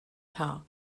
pal